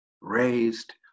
raised